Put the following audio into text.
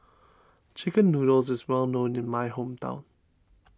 Chicken Noodles is well known in my hometown